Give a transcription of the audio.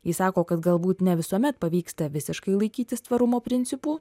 ji sako kad galbūt ne visuomet pavyksta visiškai laikytis tvarumo principų